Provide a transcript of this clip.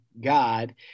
God